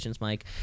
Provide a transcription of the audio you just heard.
Mike